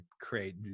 create